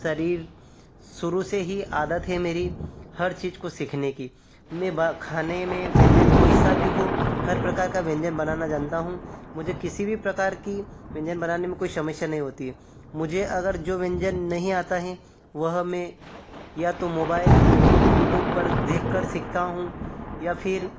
शुरू से ही आदत है मेरी हर चीज को सीखने की मैं ब खाने में व्यंजन कोई सा भी हो हर प्रकार का व्यंजन बनाना जानता हूँ मुझे किसी भी प्रकार की व्यंजन बनाने में कोई समस्या नहीं होती है मुझे अगर जो व्यंजन नहीं आता है वह मैं या तो मोबाइल यूटूब पर देखकर सीखता हूँ या फिर